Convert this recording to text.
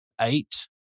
eight